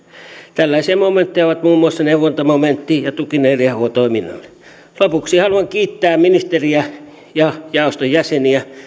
tällaisia momentteja ovat muun muassa neuvontamomentti ja tuki neljä h toiminnalle lopuksi haluan kiittää ministeriä ja jaoston jäseniä